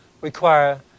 require